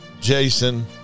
Jason